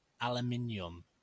Aluminium